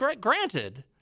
Granted